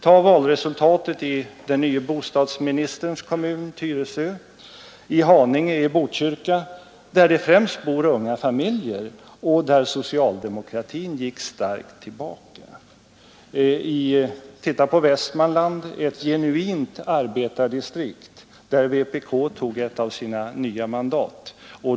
Ta valresultatet i den nye bostadsministerns kommun, Tyresö, i Haninge, i Botkyrka, där det främst bor unga familjer och där socialdemokratin gick starkt tillbaka. Titta på Västmanland, ett genuint arbetardistrikt, där vpk tog ett av sina nya mandat.